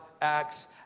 acts